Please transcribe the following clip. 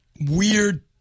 weird